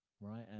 right